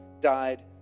died